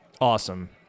Awesome